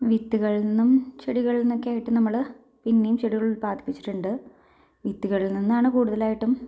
വിത്തുകളിൽ നിന്നും ചെടികളിൽ നിന്നൊക്കെയായിട്ട് നമ്മൾ പിന്നെയും ചെടികൾ ഉൽപ്പാദിപ്പിച്ചിട്ടുണ്ട് വിത്തുകളിൽ നിന്നാണ് കൂടുതലായിട്ടും